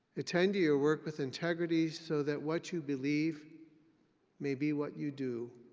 attend to your work with integrity, so that what you believe may be what you do.